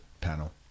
panel